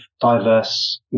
diverse